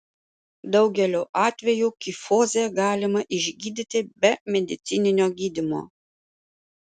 daugeliu atvejų kifozę galima išgydyti be medicininio gydymo